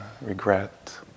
regret